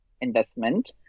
investment